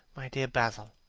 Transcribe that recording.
my dear basil!